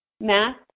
Math